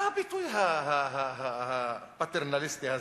מה הביטוי הפטרנליסטי הזה,